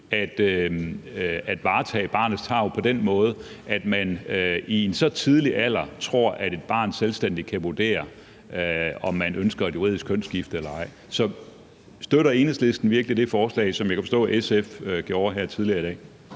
at varetage barnets tarv på den måde, at man tror, at et barn i en så tidlig alder selvstændigt kan vurdere, om det ønsker et juridisk kønsskifte eller ej. Så støtter Enhedslisten virkelig det forslag, som jeg kan forstå at SF gjorde her tidligere i dag?